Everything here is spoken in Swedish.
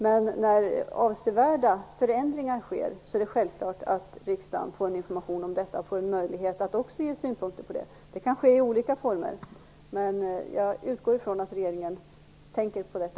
Men om det sker avsevärda förändringar är det självklart att riksdagen får information och möjlighet att lämna synpunkter. Det kan ske i olika former, men jag utgår ifrån att regeringen tänker också på detta.